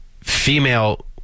female